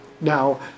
Now